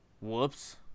Whoops